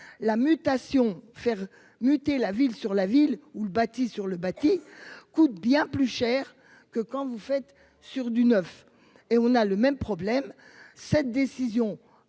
la mutation faire muter la ville sur la ville où le bâti sur le bâti coûte bien plus cher que quand vous faites sur du neuf et on a le même problème. Cette décision